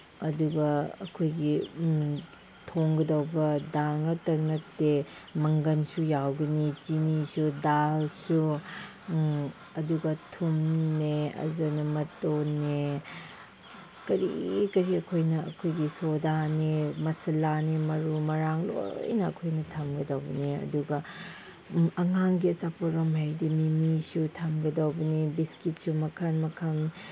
ꯑꯗꯨꯒ ꯑꯩꯈꯣꯏꯒꯤ ꯊꯣꯡꯒꯗꯧꯕ ꯗꯥꯜ ꯉꯥꯛꯇ ꯅꯠꯇꯦ ꯃꯪꯒꯟꯁꯨ ꯌꯥꯎꯒꯅꯤ ꯆꯤꯅꯤꯁꯨ ꯗꯥꯜꯁꯨ ꯑꯗꯨꯒ ꯊꯨꯝꯅꯦ ꯑꯖꯅꯤꯃꯇꯣꯅꯦ ꯀꯔꯤ ꯀꯔꯤ ꯑꯩꯈꯣꯏꯒꯤ ꯁꯣꯗꯥꯅꯦ ꯃꯁꯂꯥꯅꯦ ꯃꯔꯨ ꯃꯔꯥꯡ ꯂꯣꯏꯅ ꯑꯩꯈꯣꯏꯅ ꯊꯝꯒꯗꯧꯕꯅꯦ ꯑꯗꯨꯒ ꯑꯉꯥꯡꯒꯤ ꯑꯆꯥꯄꯣꯠꯂꯣꯝ ꯍꯥꯏꯔꯗꯤ ꯃꯤꯃꯤꯁꯨ ꯊꯝꯒꯗꯧꯕꯅꯦ ꯕꯤꯁꯀꯤꯠꯁꯨ ꯃꯈꯟ ꯃꯈꯟ